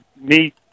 meet